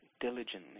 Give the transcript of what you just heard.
diligently